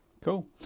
Cool